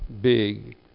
big